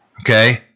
Okay